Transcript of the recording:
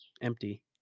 Empty